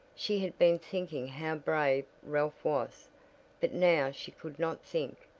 she had been thinking how brave ralph was but now she could not think,